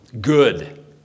Good